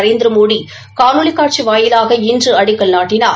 நரேந்திரமோடி இன்று காணொலி காட்சி வாயிலாக இன்று அடிக்கல் நாட்டினார்